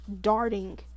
darting